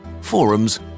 forums